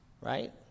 right